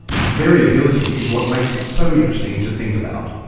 its variability is what makes it so interesting to think about.